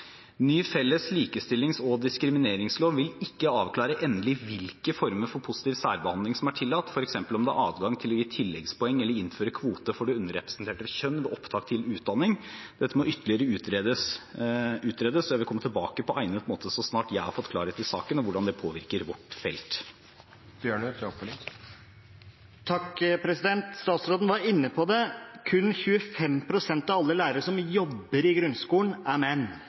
Ny felles likestillings- og diskrimineringslov vil ikke avklare endelig hvilke former for positiv særbehandling som er tillatt, f.eks. om det er adgang til å gi tilleggspoeng eller innføre kvoter for det underrepresenterte kjønn ved opptak til utdanning. Dette må utredes ytterligere, og jeg vil komme tilbake på egnet måte så snart jeg har fått klarhet i saken og hvordan det påvirker vårt felt. Statsråden var inne på det: Kun 25 pst. av alle lærere som jobber i grunnskolen, er menn